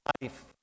life